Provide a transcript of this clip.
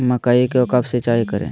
मकई को कब सिंचाई करे?